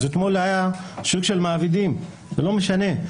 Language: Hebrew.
אתמול היה שוק של מעבידים וזה לא משנה.